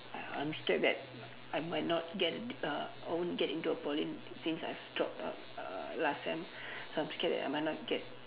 I I'm scared that I might not get uh I won't get into a Poly since I've drop out uh last sem so I'm scared that I might not get